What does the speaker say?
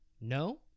no